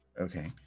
Okay